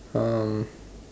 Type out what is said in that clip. um